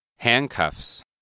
Handcuffs